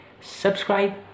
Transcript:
subscribe